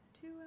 two